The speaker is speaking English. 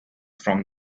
from